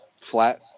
flat